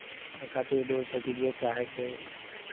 एहि खातिर दूर छै कि जे चाहै छै